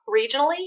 regionally